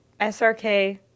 SRK